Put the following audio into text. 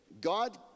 God